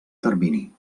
termini